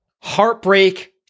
Heartbreak